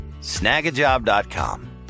snagajob.com